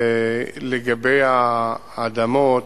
לגבי האדמות,